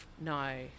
No